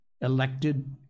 elected